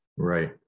Right